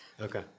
Okay